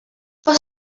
some